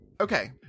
Okay